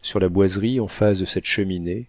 sur la boiserie en face de cette cheminée